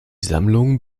sammlung